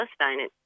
Palestine